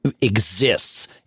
exists